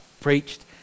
preached